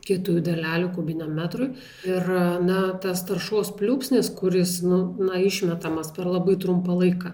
kietųjų dalelių kubiniam metrui ir na tas taršos pliūpsnis kuris nu na išmetamas per labai trumpą laiką